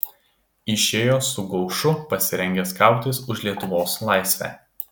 išėjo su gaušu pasirengęs kautis už lietuvos laisvę